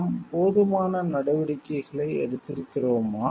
நாம் போதுமான நடவடிக்கைகளை எடுத்திருக்கிறோமா